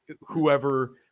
whoever